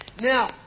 Now